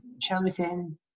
chosen